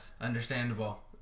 Understandable